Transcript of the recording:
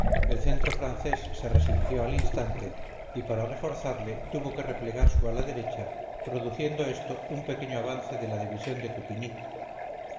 el centro francés se resintió al instante y para reforzarle tuvo que replegar su ala derecha produciendo esto un pequeño avance de la división de